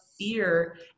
fear